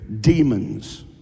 demons